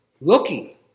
looking